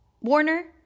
Warner